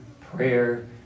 prayer